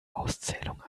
auszählung